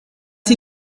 sie